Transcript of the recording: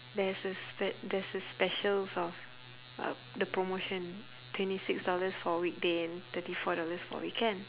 there's a spe~ there's a specials of uh the promotion twenty six dollars for weekday and thirty four dollars for weekend